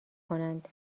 کنند